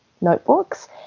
notebooks